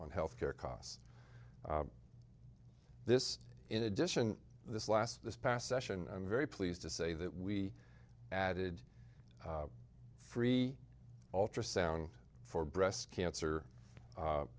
on health care costs this in addition this last this past session i'm very pleased to say that we added free ultrasound for breast cancer